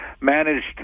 managed